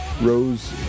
Rose